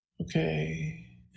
Okay